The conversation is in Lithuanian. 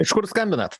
iš kur skambinat